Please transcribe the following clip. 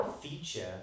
feature